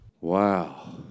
Wow